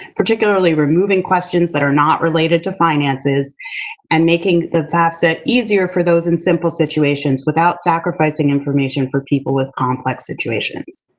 particularly removing questions that are not related to finances and making the fafsa easier for those in simple situations, without sacrificing information for people with complex situations.